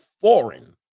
foreign